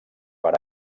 per